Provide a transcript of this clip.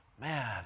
Man